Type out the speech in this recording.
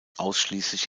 ausschließlich